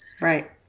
Right